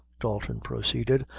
dalton proceeded,